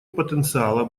потенциала